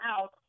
out